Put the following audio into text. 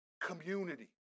community